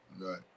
Right